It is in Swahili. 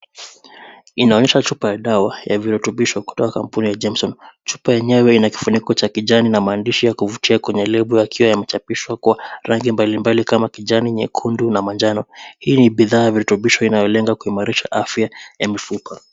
Inaonyesha chupa ya dawa ya virutubisho kutoka kampuni ya Jamieson, chupa yenyewe ina kifuniko cha kijani na maandishi ya kuvutia kwenye lebo yakiwa yamechapishwa kwa rangi mbalimbali kama kijani, nyekundu na manjano, hii ni bidhaa ya virutubisho inayolenga kuimarisha afya ya mifupa.